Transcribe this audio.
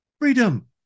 Freedom